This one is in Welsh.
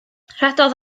rhedodd